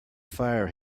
fire